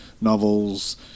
novels